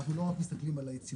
אנחנו לא רק מסתכלים על היציבות,